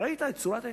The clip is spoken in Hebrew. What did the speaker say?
ראית את צורת ההתנהלות,